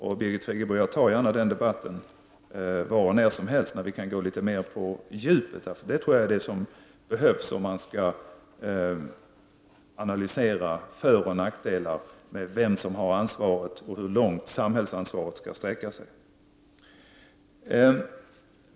Jag tar gärna, Birgit Friggebo, den debatten var och när som helst där vi kan gå på djupet. Det tror jag är vad som behövs om man skall analysera föroch nackdelarna med vem som har ansvaret och hur långt samhällsansvaret skall sträcka sig.